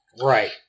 Right